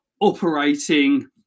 operating